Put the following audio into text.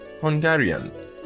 Hungarian